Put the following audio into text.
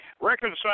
reconcile